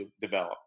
develop